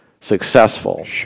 successful